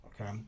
okay